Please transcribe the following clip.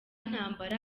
ntambara